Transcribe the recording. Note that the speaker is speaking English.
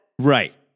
Right